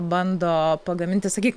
bando pagaminti sakyk